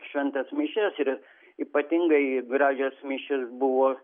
šventas mišias ir ypatingai gražios mišios buvo